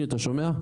אתה שומע?